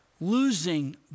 losing